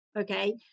okay